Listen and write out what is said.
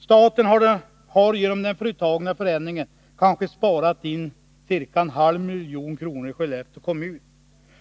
Staten har genom den företagna förändringen sparat in ca 0,5 milj.kr. i Skellefteå kommun,